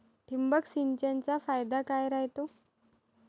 ठिबक सिंचनचा फायदा काय राह्यतो?